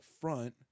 front